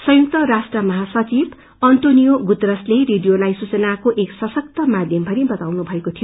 संयुक्त राष्ट्र महासचिव अंतनियो गुतरास ले रंडियोलाइ सूचनाको एक सशक्त माध्यम भनी वताउनु भएको थियो